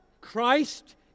Christ